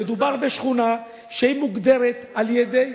מדובר בשכונה שמוגדרת על-ידי,